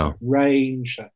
range